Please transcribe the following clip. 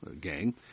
gang